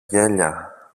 γέλια